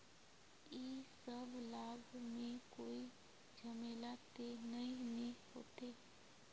इ सब लाभ में कोई झमेला ते नय ने होते?